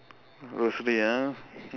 ah